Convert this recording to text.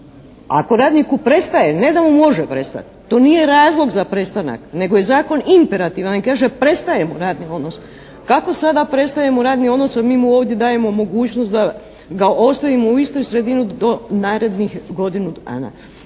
Ako radniku prestaje, ne da mu može prestati to nije razlog za prestanak, nego je zakon imperativan, on kaže prestaje mu radni odnos, kako sada prestaje mu radni odnos, a mi mu ovdje dajemo mogućnost da ga ostavimo u istoj sredini do narednih godinu